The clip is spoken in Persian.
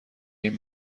این